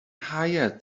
higher